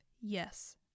Yes